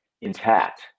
intact